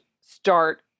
start